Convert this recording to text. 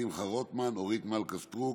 שמחה רוטמן, אורית מלכה סטרוק,